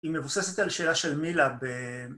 היא מבוססת על שאלה של מילא ב...